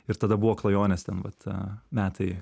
ir tada buvo klajonės ten vat metai